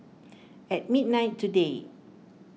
at midnight today